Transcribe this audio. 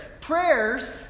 prayers